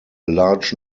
large